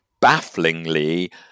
bafflingly